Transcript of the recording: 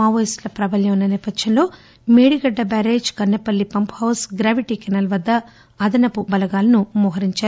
మావోయిస్టుల ప్రాభల్యం వున్న నేపథ్యంలో Medigadda barrage Kannepalli pump house gravity canal వద్ద అదనపు బలగాలను మోహరించారు